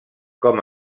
com